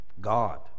God